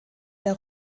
der